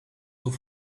aux